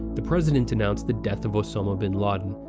the president announced the death of osama bin laden,